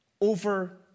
Over